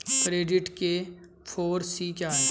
Credit के four C क्या हैं?